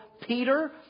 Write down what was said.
Peter